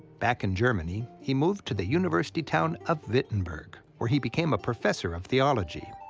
back in germany, he moved to the university town of wittenberg, where he became a professor of theology.